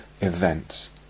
events